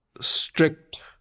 strict